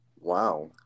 Wow